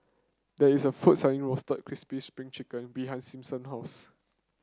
there is a food selling Roasted Crispy Spring Chicken behind Simpson house